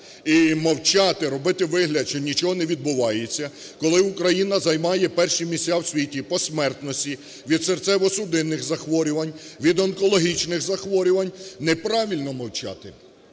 І мовчати, робити вигляд, що нічого не відбувається, коли Україна займає перші місця в світі по смертності від серцево-судинних захворювань, від онкологічних захворювань, неправильно мовчати.